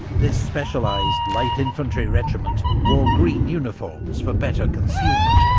this specialised light infantry regiment wore green uniforms for better concealment,